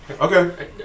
okay